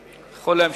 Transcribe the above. אתה יכול להמשיך.